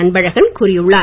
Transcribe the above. அன்பழகன் கூறியுள்ளார்